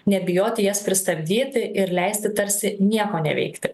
nebijoti jas pristabdyti ir leisti tarsi nieko neveikti